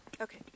Okay